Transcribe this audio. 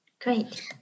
Great